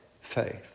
faith